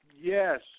Yes